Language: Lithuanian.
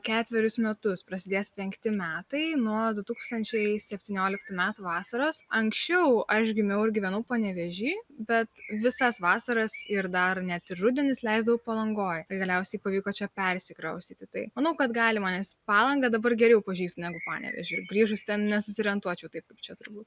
ketverius metus prasidės penkti metai nuo du tūkstančiai septynioliktų metų vasaros anksčiau aš gimiau ir gyvenau panevėžy bet visas vasaras ir dar net ir rudenis leisdavau palangoj galiausiai pavyko čia persikraustyti tai manau kad galima nes palangą dabar geriau pažįsti negu panevėžį grįžus ten nesusiorientuočiau taip kaip čia turbūt